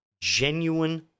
genuine